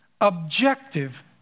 Objective